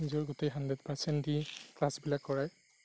নিজৰ গোটেই hundred percent দি ক্লাছবিলাক কৰায়